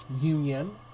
union